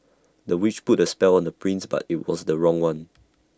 the witch put A spell on the prince but IT was the wrong one